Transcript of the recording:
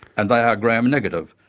and they are gram-negative.